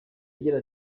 agira